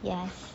yes